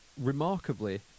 remarkably